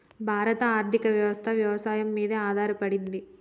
భారత ఆర్థికవ్యవస్ఠ వ్యవసాయం మీదే ఆధారపడింది